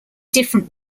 different